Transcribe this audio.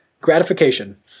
Gratification